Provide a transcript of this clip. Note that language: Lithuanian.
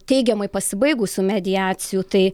teigiamai pasibaigusių mediacijų tai